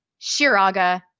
Shiraga